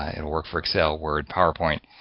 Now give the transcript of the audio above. and work for excel, word, powerpoint.